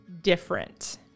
different